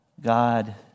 God